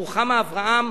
רוחמה אברהם